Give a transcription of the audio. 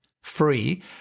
free